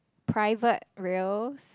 private rails